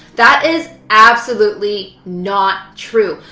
that is absolutely not true!